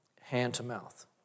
hand-to-mouth